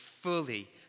fully